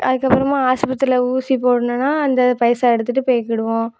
அதுக்கப்புறமா ஆஸ்பத்திரியில் ஊசி போடணுன்னா அந்த பைசா எடுத்துகிட்டு போய்க்கிடுவோம்